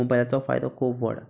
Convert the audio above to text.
मोबायलाचो फायदो खूब व्हड